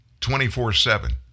24-7